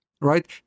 right